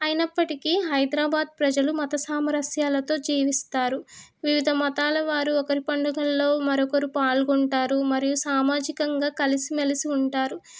అయినప్పటికీ హైదరాబాదు ప్రజలు మత సామరస్యాలతో జీవిస్తారు వివిధ మతాల వారు ఒకరి పండుగల్లో మరొకరు పాల్గొంటారు మరియు సామాజికంగా కలిసిమెలిసి ఉంటారు